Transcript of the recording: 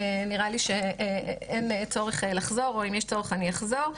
נראה לי שאין צורך לחזור או אם יש צורך אני אחזור.